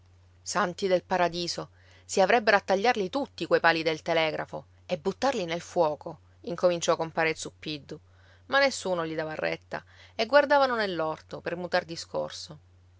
santi del paradiso si avrebbero a tagliarli tutti quei pali del telegrafo e buttarli nel fuoco incominciò compare zuppiddu ma nessuno gli dava retta e guardavano nell'orto per mutar discorso